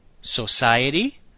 society